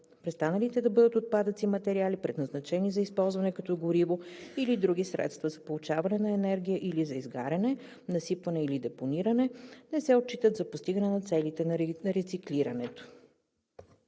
Престаналите да бъдат отпадъци материали, предназначени за използване като гориво или други средства за получаване на енергия или за изгаряне, насипване или депониране, не се отчитат за постигане на целите на рециклирането.